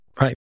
Right